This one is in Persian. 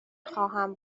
خواهم